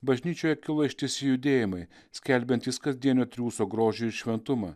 bažnyčioje kilo ištisi judėjimai skelbiantys kasdienio triūso grožį ir šventumą